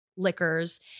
Liquors